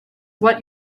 what